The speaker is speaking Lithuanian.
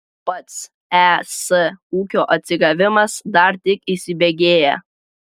pats es ūkio atsigavimas dar tik įsibėgėja